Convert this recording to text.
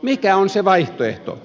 mikä on se vaihtoehto